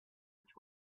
which